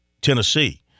Tennessee